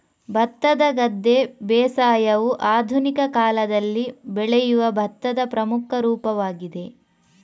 ಭತ್ತದ ಗದ್ದೆ ಬೇಸಾಯವು ಆಧುನಿಕ ಕಾಲದಲ್ಲಿ ಬೆಳೆಯುವ ಭತ್ತದ ಪ್ರಮುಖ ರೂಪವಾಗಿದೆ